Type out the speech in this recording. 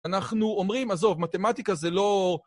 אנחנו אומרים, עזוב, מתמטיקה זה לא...